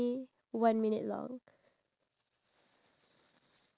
a gardening knife gardening scissors